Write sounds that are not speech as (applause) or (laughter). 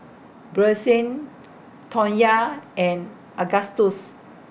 Brycen Tonya (noise) and Agustus